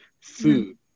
food